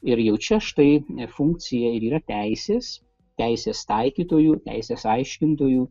ir jau čia štai funkcija ir yra teisės teisės taikytojų teisės aiškintojų